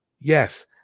Yes